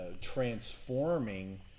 transforming